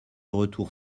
retour